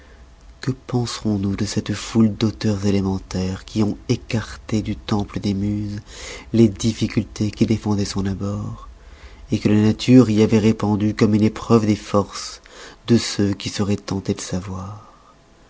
que penserons-nous de cette foule d'auteurs élémentaires qui ont écarté du temple des muses les difficultés qui défendoient son abord que la nature y avoit répandues comme une épreuve des forces de ceux qui seroient tentés de savoir